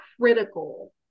critical